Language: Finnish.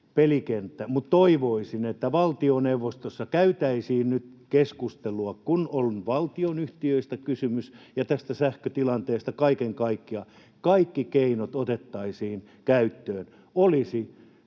mutta toivoisin, että valtioneuvostossa käytäisiin nyt keskustelua siitä — kun on valtionyhtiöstä kysymys ja tästä sähkötilanteesta kaiken kaikkiaan — että kaikki keinot otettaisiin käyttöön. Olisi